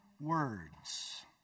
words